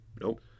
Nope